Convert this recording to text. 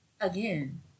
again